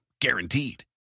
Guaranteed